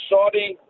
Saudi